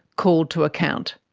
called to account.